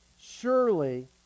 surely